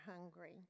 hungry